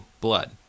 blood